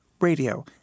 radio